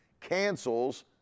cancels